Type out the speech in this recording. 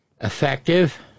effective